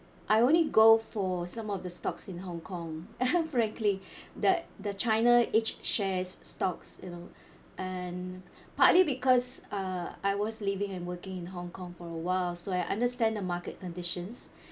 I only go for some of the stocks in Hong-Kong frankly the the china H shares stocks you know and partly because uh I was living and working in Hong-Kong for awhile so I understand the market conditions